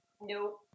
No